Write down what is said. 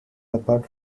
apart